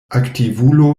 aktivulo